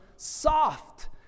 soft